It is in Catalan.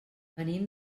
venim